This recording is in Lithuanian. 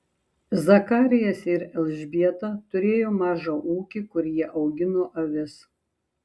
zakarijas ir elžbieta turėjo mažą ūkį kur jie augino avis